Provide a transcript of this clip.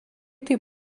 taip